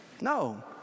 No